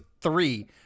three